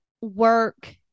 work